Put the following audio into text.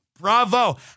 Bravo